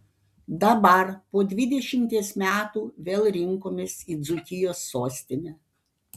dabar po dvidešimties metų vėl rinkomės į dzūkijos sostinę